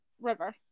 river